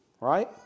right